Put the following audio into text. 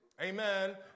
Amen